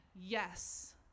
yes